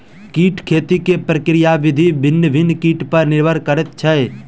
कीट खेती के प्रक्रिया विधि भिन्न भिन्न कीट पर निर्भर करैत छै